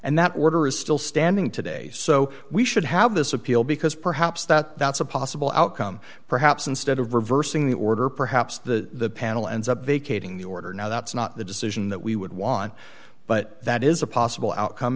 and that order is still standing today so we should have this appeal because perhaps that that's a possible outcome perhaps instead of reversing the order perhaps the panel ends up vacating the order now that's not the decision that we would want but that is a possible outcome